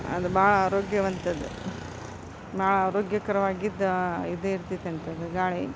ಅದು ಭಾಳ ಆರೋಗ್ಯವಂತದ ಭಾಳ ಆರೋಗ್ಯಕರವಾಗಿದ್ದು ಆ ಇದು ಇರ್ತೈತಂತದು ಗಾಳಿ